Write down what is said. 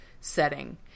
setting